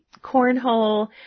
cornhole